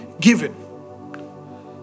given